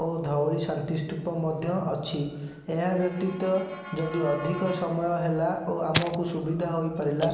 ଓ ଧଉଳି ଶାନ୍ତିସ୍ତୁପ ମଧ୍ୟ ଅଛି ଏହା ବ୍ୟତୀତ ଯଦି ଅଧିକ ସମୟହେଲା ଓ ଆମକୁ ସୁବିଧା ହୋଇପାରିଲା